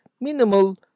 minimal